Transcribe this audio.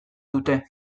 dute